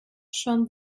schon